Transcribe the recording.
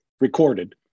recorded